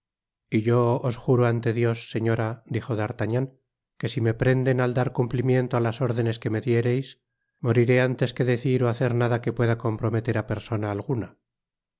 y yo os juro ante dios señora dijo d'artagnan que si me prenden al dar content from google book search generated at cumplimiento á las órdenes que me diereis moriré antes que decir ó hacer nada que pueda comprometer á persona alguna